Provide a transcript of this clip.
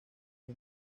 que